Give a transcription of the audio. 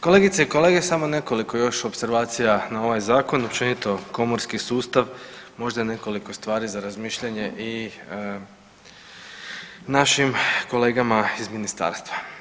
Kolegice i kolege, samo nekoliko još opservacija na ovaj Zakon, općenito komorski sustav možda nekoliko stvari za razmišljanje i našim kolegama iz ministarstva.